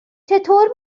چطور